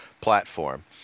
platform